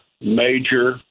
major